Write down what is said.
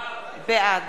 בעד